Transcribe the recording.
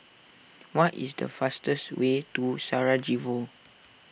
what is the fastest way to Sarajevo